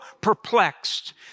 perplexed